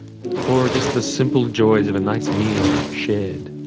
or just the simple joys of a nice meal shared.